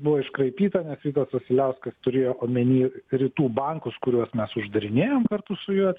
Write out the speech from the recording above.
buvo iškraipyta nes vitas vasiliauskas turėjo omeny rytų bankus kuriuos mes uždarinėjom kartu su juo